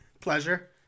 pleasure